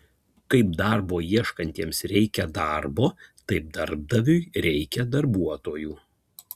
kaip darbo ieškantiesiems reikia darbo taip darbdaviui reikia darbuotojų